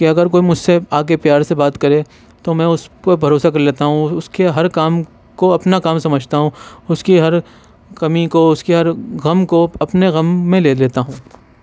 کہ اگر کوئی مجھ سے آ کے پیار سے بات کرے تو میں اس پہ بھروسہ کر لیتا ہوں اس کے ہر کام کو اپنا کام سمجھتا ہوں اس کی ہر کمی کو اس کے ہر غم کو اپنے غم میں لے لیتا ہوں